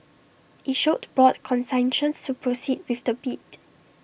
IT showed broad consensus to proceed with the bid